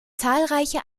zahlreiche